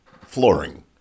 flooring